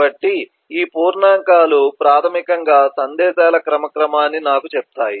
కాబట్టి ఈ పూర్ణాంకాలు ప్రాథమికంగా సందేశాల క్రమ క్రమాన్ని నాకు చెప్తాయి